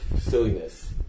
silliness